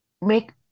make